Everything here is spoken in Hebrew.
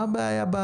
מה הבעיה?